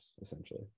essentially